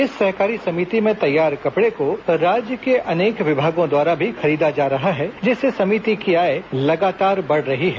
इस सहकारी में तैयार कपड़े को राज्य के अनेक विभागों द्वारा भी खरीदा जा रहा है जिससे समिति की आय लगातार बढ़ रही है